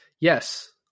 yes